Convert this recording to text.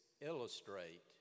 illustrate